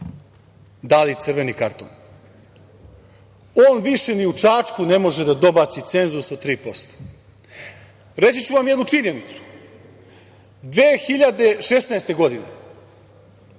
dali crveni karton. On više ni u Čačku ne može da dobaci cenzus od 3%.Reći ću vam jednu činjenicu, 2016. godine,